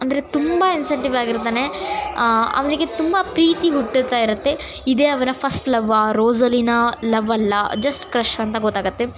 ಅಂದರೆ ತುಂಬ ಇನ್ಸೆಂಟಿವಾಗಿರ್ತನೆ ಅವನಿಗೆ ತುಂಬ ಪ್ರೀತಿ ಹುಟ್ಟುತ್ತಾ ಇರುತ್ತೆ ಇದೇ ಅವರ ಫಸ್ಟ್ ಲವ್ವಾ ರೋಸಲೀನ ಲವ್ವಲ್ಲ ಜಸ್ಟ್ ಕ್ರಶ್ ಅಂತ ಗೊತ್ತಾಗುತ್ತೆ